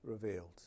revealed